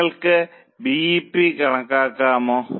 നിങ്ങൾക്ക് B E P കണക്കാക്കാമോ